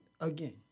again